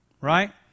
right